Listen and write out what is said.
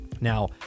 Now